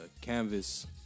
canvas